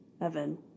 Evan